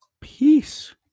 Peace